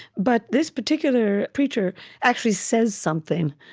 but this particular preacher actually says something.